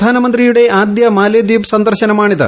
പ്രധാനമന്ത്രിയുടെ ആദ്യ മാലെദ്വീപ് സന്ദർശനമാണിത്